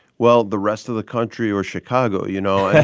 well, the rest of the country or chicago? you know, i